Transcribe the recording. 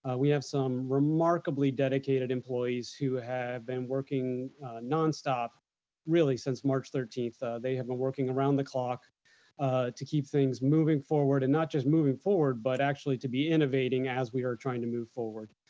we have some remarkably dedicated employees who have been working nonstop really since march thirteenth. they have been working around the clock to keep things moving forward and not just moving forward, but actually to be innovating as we are trying to move forward.